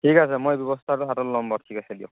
ঠিক আছে মই ব্যৱস্থাটো হাতত ল'ম বাৰু ঠিক আছে দিয়ক